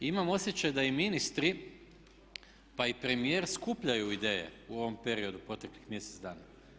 I imam osjećaj da i ministri pa i premijer skupljaju ideje u ovom periodu proteklih mjesec dana.